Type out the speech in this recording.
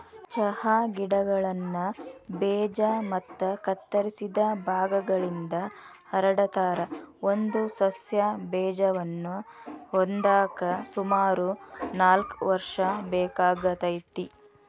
ಚಹಾ ಗಿಡಗಳನ್ನ ಬೇಜ ಮತ್ತ ಕತ್ತರಿಸಿದ ಭಾಗಗಳಿಂದ ಹರಡತಾರ, ಒಂದು ಸಸ್ಯ ಬೇಜವನ್ನ ಹೊಂದಾಕ ಸುಮಾರು ನಾಲ್ಕ್ ವರ್ಷ ಬೇಕಾಗತೇತಿ